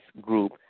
group